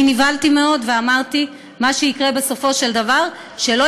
נבהלתי מאוד ואמרתי שמה שיקרה בסופו של דבר הוא שלא